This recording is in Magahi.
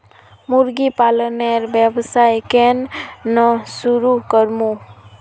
मुर्गी पालनेर व्यवसाय केन न शुरु करमु